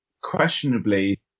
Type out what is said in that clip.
questionably